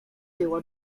było